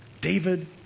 David